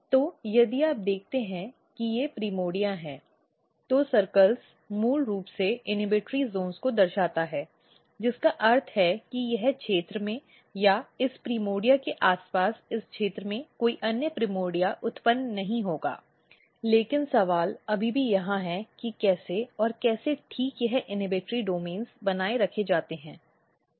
इसलिए यदि आप देखते हैं कि ये प्राइमर्डिया हैं तो वृत्त मूल रूप से इन्हिबटॉरी जोन को दर्शाता है जिसका अर्थ है कि इस क्षेत्र में या इस प्राइमर्डिया के आसपास इस क्षेत्र में कोई अन्य प्राइमर्डिया उत्पन्न नहीं होगा लेकिन सवाल अभी भी यहां है कि कैसे और कैसे ठीक यह इन्हिबटॉरी डोमेन बनाए रखे जाते हैं